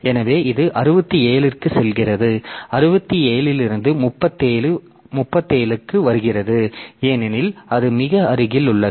எனவே இது 67 க்குச் செல்கிறது 67 இலிருந்து 37 ஆக வருகிறது ஏனெனில் அது மிக அருகில் உள்ளது